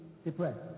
Depressed